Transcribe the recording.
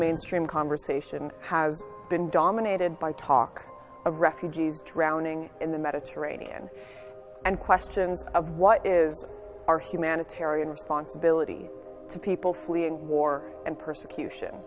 mainstream conversation has been dominated by talk of refugees drowning in the mediterranean and questions of what is our humanitarian responsibility to people fleeing war and persecution